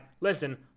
listen